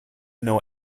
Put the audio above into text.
know